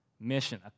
mission